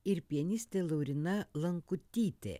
ir pianistė lauryna lankutytė